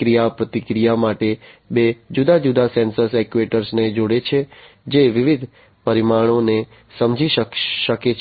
ક્રિયાપ્રતિક્રિયા માટે બે જુદા જુદા સેન્સર્સ એક્ટ્યુએટરને જોડે છે જે વિવિધ પરિમાણોને સમજી શકે છે